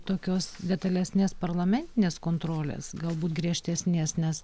tokios detalesnės parlamentinės kontrolės galbūt griežtesnės nes